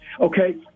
Okay